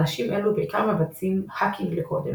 אנשים אלו בעיקר מבצעים "האקינג לקוד" - הם